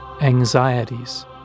anxieties